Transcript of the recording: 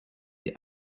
die